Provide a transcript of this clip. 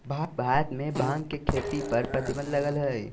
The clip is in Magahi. भारत में भांग के खेती पर प्रतिबंध लगल हइ